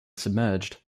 submerged